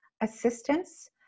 assistance